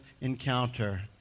encounter